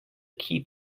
key